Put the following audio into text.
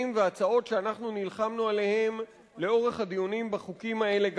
והצעות שנלחמנו עליהם לאורך הדיונים בחוקים האלה,